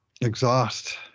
exhaust